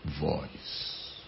voice